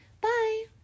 Bye